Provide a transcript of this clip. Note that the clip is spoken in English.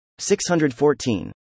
614